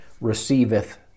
receiveth